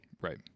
Right